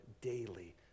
daily